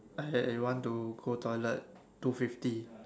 I I want to go toilet two fifty